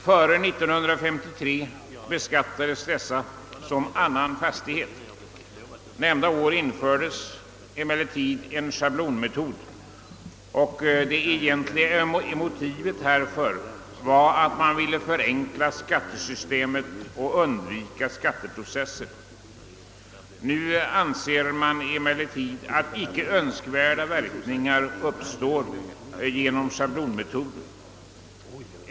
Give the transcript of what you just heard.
Före år 19353 beskattades dessa villor som annan fastighet. Nämnda år infördes emellertid en schablonmetod. Motivet härför var att man ville förenkla skattesystemet och undvika skatteproeesser. Nu anser man emellertid att ieke önskvärda verkningar uppstår genom sehablonmetoden.